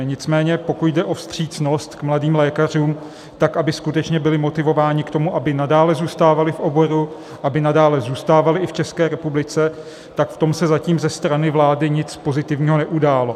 Nicméně pokud jde o vstřícnost k mladým lékařům, tak aby skutečně byli motivováni k tomu, aby nadále zůstávali v oboru, aby nadále zůstávali i v České republice, tak v tom se zatím ze strany vlády nic pozitivního neudálo.